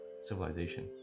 civilization